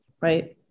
right